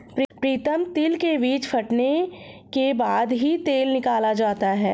प्रीतम तिल के बीज फटने के बाद ही तेल निकाला जाता है